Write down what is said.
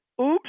oops